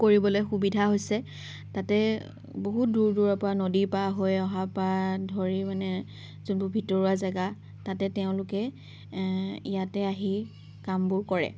কৰিবলৈ সুবিধা হৈছে তাতে বহু দূৰ দূৰৰ পৰা নদী পাৰ হৈ অহাৰ পৰা ধৰি মানে যোনবোৰ ভিতৰুৱা জেগা তাতে তেওঁলোকে ইয়াতে আহি কামবোৰ কৰে